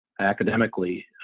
academically